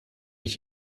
ich